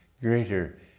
greater